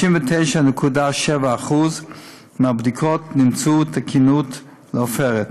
ו-99.7% מהבדיקות נמצאו תקינות מבחינת עופרת.